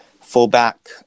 fullback